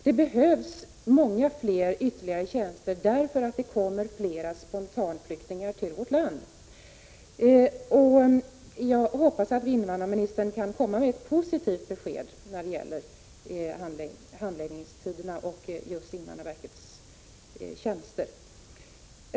Det behövs många fler ytterligare tjänster, eftersom det kommer flera spontanflyktingar till vårt land. Jag hoppas att invandrarministern kan komma med ett positivt besked i frågan om handläggningstiderna och invandrarverkets tjänster.